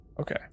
Okay